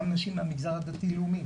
גם נשים מהמגזר הדתי לאומי,